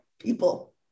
people